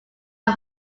are